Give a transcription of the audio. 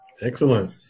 Excellent